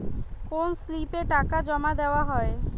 কোন স্লিপে টাকা জমাদেওয়া হয়?